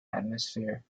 atmosphere